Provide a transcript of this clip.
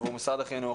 עבור משרד החינוך,